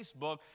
Facebook